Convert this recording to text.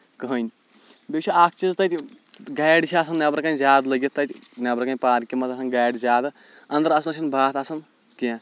کٕہینۍ بیٚیہِ چھُ اکھ چیٖز تَتہِ گاڑِ چھِ آسان نٮ۪برٕ کٔنۍ زیادٕ لٕگِتھ تَتہِ بٮ۪برٕ کٔنۍ پارکہِ منٛز آسان گاڑِ زیادٕ اَنٛدر اَژَنَس چھنہٕ باتھ آسان کیٚنٛہہ